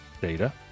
Data